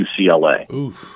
UCLA